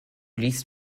liest